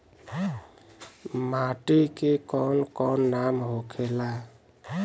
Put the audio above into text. माटी के कौन कौन नाम होखेला?